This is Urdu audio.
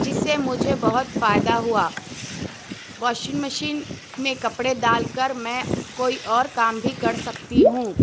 جس سے مجھے بہت فائدہ ہوا واشنگ مشین میں کپڑے ڈال کر میں کوئی اور کام بھی کر سکتی ہوں